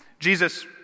Jesus